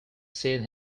seen